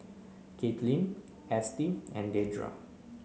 Caitlyn Estie and Dedra